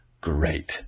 great